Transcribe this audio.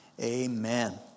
Amen